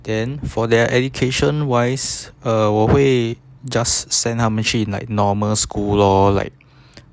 then for their education wise uh 我会 just send 他们去 like normal school lor like